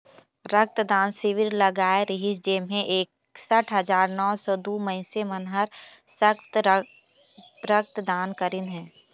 रक्त दान सिविर लगाए रिहिस जेम्हें एकसठ हजार नौ सौ दू मइनसे मन हर रक्त दान करीन हे